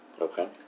Okay